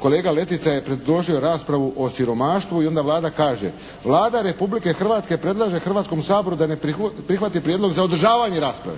Kolega Letica je predložio raspravu o siromaštvu. I onda Vlada kaže: «Vlada Republike Hrvatske predlaže Hrvatskom saboru da ne prihvati prijedlog za održavanje rasprave.»